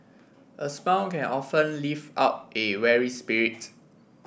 a smile can often lift up a weary spirit